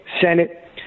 Senate